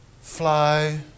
fly